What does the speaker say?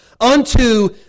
unto